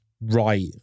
right